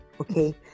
okay